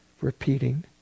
Repeating